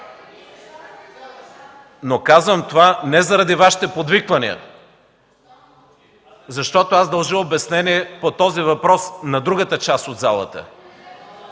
Но казвам това не заради Вашите подвиквания, защото аз дължа обяснение по този въпрос на другата част от залата.